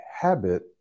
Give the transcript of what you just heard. habit